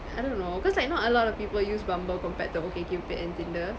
I don't know cause like not a lot of people use Bumble compared to OkCupid and Tinder